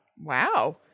wow